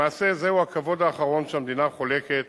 למעשה, זהו הכבוד האחרון שהמדינה חולקת